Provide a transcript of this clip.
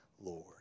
Lord